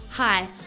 Hi